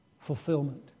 fulfillment